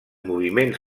moviments